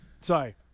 Sorry